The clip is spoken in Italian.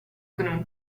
gnu